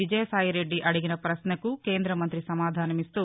విజయసాయిరెడ్డి అడిగిన పశ్నకు కేంద్ర మంత్రి సమాధానమిస్తూ